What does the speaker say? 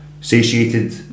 satiated